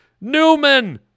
Newman